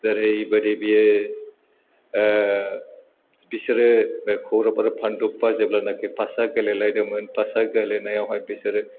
जेरैबायदि बियो बिसोरो बे कौरब आरो पान्डबआ जेब्लानाखि पाचा गेलेलायदोंमोन पाचा गेलेनायावहाय बिसोरो